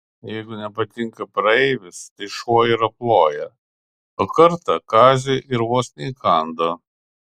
jeigu nepatinka praeivis tai šuo ir aploja o kartą kaziui ir vos neįkando